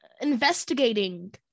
investigating